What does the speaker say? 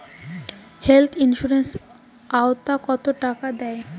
Health insurance ওত কত টাকা দেয়?